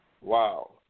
Wow